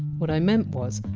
what i meant was,